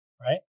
Right